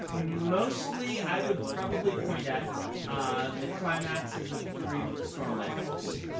mostly, i would probably point at the climaxes of the three stormlight books.